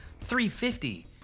350